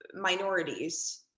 minorities